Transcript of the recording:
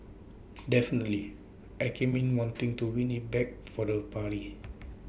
definitely I came in wanting to win IT back for the party